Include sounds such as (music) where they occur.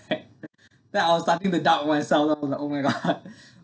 (laughs) then I was starting to doubt on myself loh I'm like oh my god